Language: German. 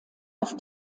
auf